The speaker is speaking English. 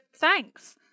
thanks